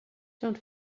don‘t